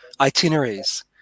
itineraries